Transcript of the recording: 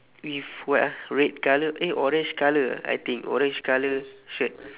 with what ah red colour eh orange colour ah I think orange colour shirt